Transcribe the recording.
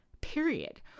period